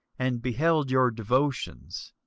and beheld your devotions,